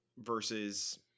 versus